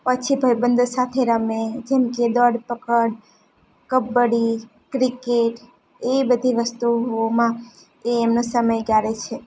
પછી ભાઈબંધો સાથે રમે જેમ કે દોડપકડ કબડ્ડી ક્રિકેટ એ બધી વસ્તુઓમાં એ એમનો સમય ગાળે છે